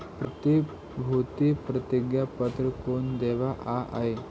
प्रतिभूति प्रतिज्ञा पत्र कौन देवअ हई